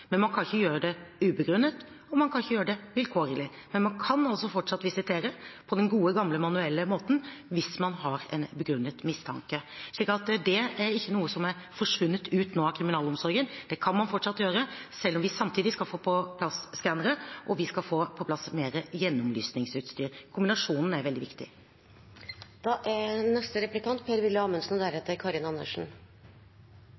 men man kan ikke gjøre det ubegrunnet, og man kan ikke gjøre det vilkårlig. Men man kan altså fortsatt visitere på den gode, gamle, manuelle måten hvis man har en begrunnet mistanke. Så det er ikke noe som nå er forsvunnet ut av kriminalomsorgen: Det kan man fortsatt gjøre, selv om vi samtidig skal få på plass skannere og vi skal få på plass mer gjennomlysingsutstyr. Kombinasjonen er veldig